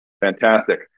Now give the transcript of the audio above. fantastic